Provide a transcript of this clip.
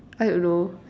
I don't know